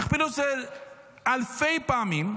תכפילו את זה אלפי פעמים,